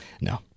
No